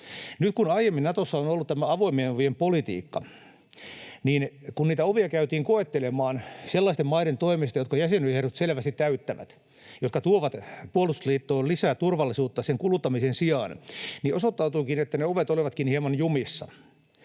Nyt kun aiemmin Natossa on ollut tämä avoimien ovien politiikka, niin kun niitä ovia käytiin koettelemaan sellaisten maiden toimesta, jotka jäsenyysehdot selvästi täyttävät ja jotka tuovat puolustusliittoon lisää turvallisuutta sen kuluttamisen sijaan, niin osoittautuikin, että ne ovet olivatkin hieman jumissa.